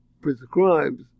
prescribes